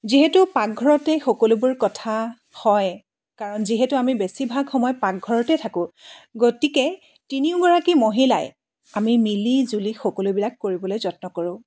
যিহেতু পাকঘৰতেই সকলোবোৰ কথা হয় কাৰণ যিহেতু আমি বেছিভাগ সময় পাকঘৰতেই থাকোঁ গতিকে তিনিওগৰাকী মহিলাই আমি মিলি জুলি সকলোবিলাক কৰিবলৈ যত্ন কৰোঁ